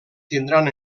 tindran